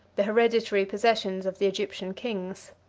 the hereditary possessions of the egyptian kings.